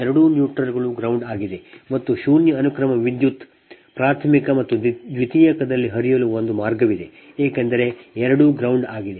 ಎರಡೂ ನ್ಯೂಟ್ರಲ್ಗಳು ground ಆಗಿದೆ ಮತ್ತು ಶೂನ್ಯ ಅನುಕ್ರಮ ವಿದ್ಯುತ್ ಪ್ರಾಥಮಿಕ ಮತ್ತು ದ್ವಿತೀಯಕದಲ್ಲಿ ಹರಿಯಲು ಒಂದು ಮಾರ್ಗವಿದೆ ಏಕೆಂದರೆ ಎರಡೂ gound ಆಗಿದೆ